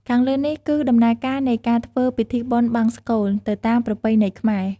ខាងលើនេះគឺ ដំណើរការនៃការធ្វើពិធីបុណ្យបង្សុកូល ទៅតាមប្រពៃណីខ្មែរ។